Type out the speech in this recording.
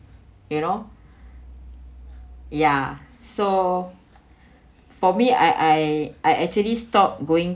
you know ya so for me I I I actually stop going